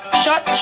shut